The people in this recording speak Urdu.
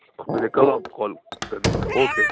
اور کوئی دقت ہو آپ کال کر دیجیے گا اوکے